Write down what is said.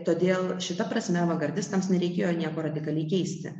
todėl šita prasme avangardistams nereikėjo nieko radikaliai keisti